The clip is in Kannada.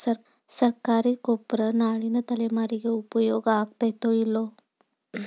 ಸರ್ಕಾರಿ ಗೊಬ್ಬರ ನಾಳಿನ ತಲೆಮಾರಿಗೆ ಉಪಯೋಗ ಆಗತೈತೋ, ಇಲ್ಲೋ?